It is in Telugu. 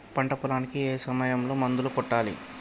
పంట పొలానికి ఏ సమయంలో మందులు కొట్టాలి?